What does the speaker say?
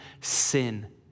sin